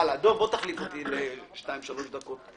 דב, תחליף אותי לכמה דקות.